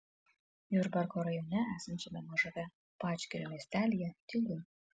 jurbarko rajone esančiame mažame vadžgirio miestelyje tylu